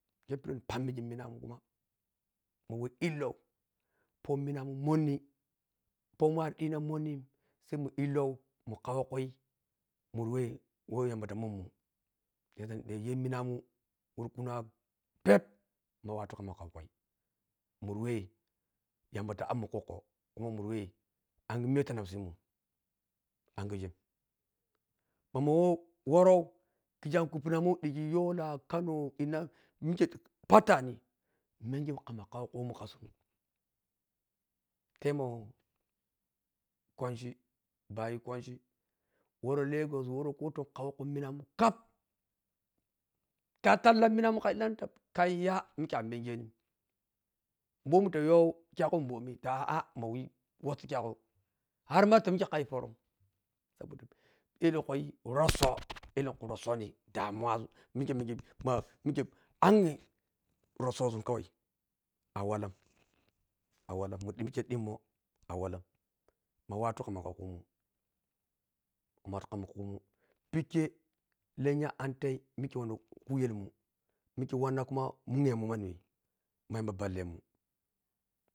Khei pidi whe ni pammigi minamun kuma ma whei illou pominamun monni pomu ari ɗhina monnin sai mu illou mu kaukui muri whe who yamba ta mummu shiyasa niɗha yeminamun wurkunawa pep ma watu kamma kaukui muri whe yamɓa ta apmun kokko kuma muri whe ange miya whota napsimun anngigen mamah who worou kiji ankuppunamun whe ɗigi yola, kano ina mike pattanini mengi kama kaukumun kasun temo kwanchi, bayi kwanchi woro lagos ko ton kawo khu minamun kap ta talla minamun ka illani ta kaya mike a mengenin mbomi tayo kyaghan mɓomi ta ah-ah mawi wasso kyaghu harma ta mike kayu forom saɓoda elenkyi rosso elemkui rossone damuwazun mike menhi ma mike annyi rossozun kawai awalan, awalam mu timike ɗimmo awalam ma watu kamma kaukumun ma watu kaukumun pikkei lenya antei mike wanna kuyelmun mike wanna kuma munyemun manni whhei ma yamba ballemun.